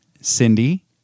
Cindy